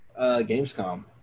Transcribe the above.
Gamescom